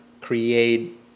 create